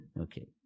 Okay